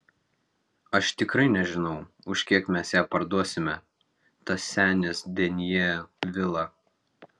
aš tikrai nežinau už kiek mes ją parduosime tą senės denjė vilą